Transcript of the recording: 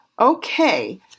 Okay